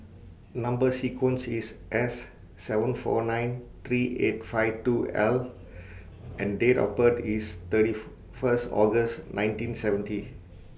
Number sequence IS S seven four nine three eight five two L and Date of birth IS thirty First August nineteen seventy